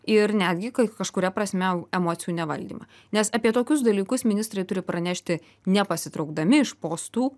ir netgi kai kažkuria prasme emocijų nevaldymą nes apie tokius dalykus ministrai turi pranešti ne pasitraukdami iš postų